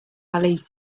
ali